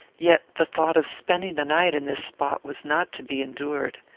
yet the thought of spending the night in this spot was not to be endured.